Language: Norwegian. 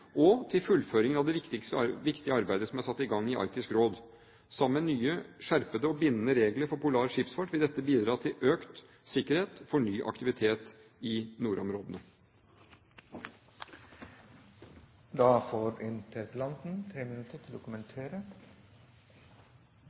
og til fullføringen av det viktige arbeidet som er satt i gang i Arktisk Råd. Sammen med nye og skjerpede og bindende regler for polar skipsfart vil dette bidra til økt sikkerhet for ny aktivitet i